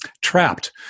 Trapped